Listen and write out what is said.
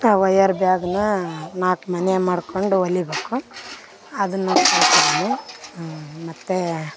ಆ ವಯರ್ ಬ್ಯಾಗ್ನ ನಾಲ್ಕು ಮನೆ ಮಾಡ್ಕೊಂಡು ಹೊಲಿಬೇಕು ಅದನ್ನ ಕಲ್ತಿದೀನಿ ಮತ್ತು